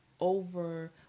over